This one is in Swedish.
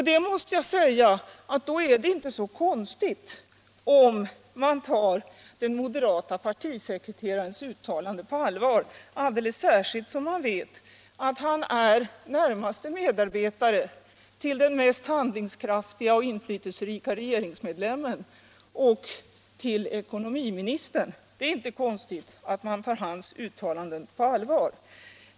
Då är det inte så konstigt om man tar den moderate partisekreterarens uttalanden på allvar, alldeles särskilt som man vet att han är närmaste medarbetare till den mest handlingskraftige och inflytelserike regeringsmedlemmen, som därtill är ekonomiminister. Det är inte konstigt att man tar hans uttalanden på allvar.